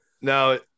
Now